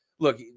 Look